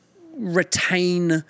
retain